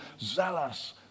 zealous